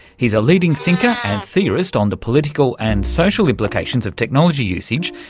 he's a leading thinker and theorist on the political and social implications of technology usage,